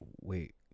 wait